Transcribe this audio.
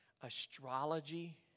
astrology